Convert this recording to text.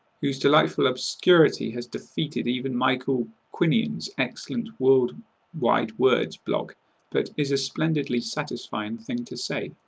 whose delightful obscurity has defeated even michael quinion's excellent world wide words blog but is a splendidly satisfying thing to say.